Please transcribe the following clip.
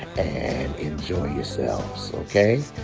and enjoy yourselves, okay?